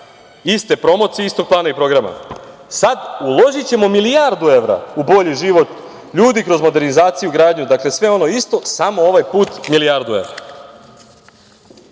iste promocije, istog plana i programa - uložićemo milijardu evra u bolji život ljudi kroz modernizaciju, gradnju, dakle sve ono isto samo ovaj put milijardu evra.Za